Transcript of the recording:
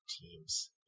teams